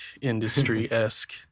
industry-esque